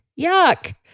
yuck